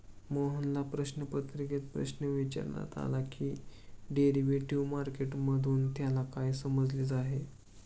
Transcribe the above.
मोहनला प्रश्नपत्रिकेत प्रश्न विचारण्यात आला की डेरिव्हेटिव्ह मार्केट मधून त्याला काय समजले आहे?